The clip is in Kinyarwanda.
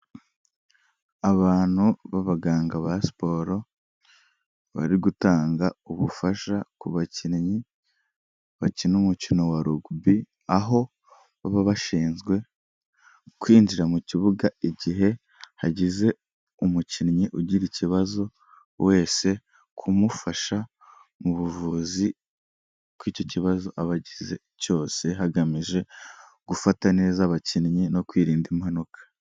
Abantu b'abaganga ba siporo, bari gutanga ubufasha ku bakinnyi bakina umukino wa rugubi, aho baba bashinzwe kwinjira mu kibuga igihe hagize umukinnyi ugira ikibazo wese, kumufasha mu buvuzi ku icyo kibazo aba agize cyose, hagamije gufata neza abakinnyi no kwirinda impanuka.